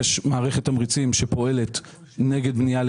הם יכולים להיות ראשי ערים מצטיינים ועדיין אם הם יבנו